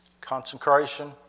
Consecration